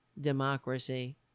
democracy